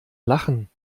lachen